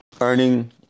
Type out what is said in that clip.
earning